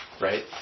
Right